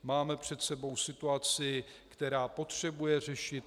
Máme před sebou situaci, která potřebuje řešit.